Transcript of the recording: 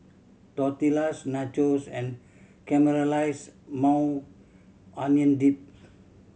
Tortillas Nachos and Caramelized Maui Onion Dip